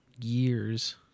years